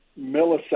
milliseconds